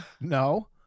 No